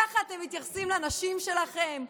ככה אתם מתייחסים לנשים שלכם,